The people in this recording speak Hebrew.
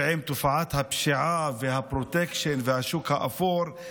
ועם תופעת הפשיעה והפרוטקשן והשוק האפור,